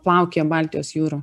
plaukioja baltijos jūra